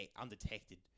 undetected